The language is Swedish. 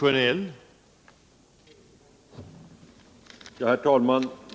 Herr talman!